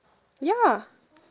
ya